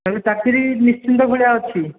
ହେଲେ ଚାକିରି ନିଶ୍ଚିନ୍ତ ଭଳିଆ ଅଛି